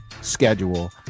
schedule